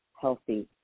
healthy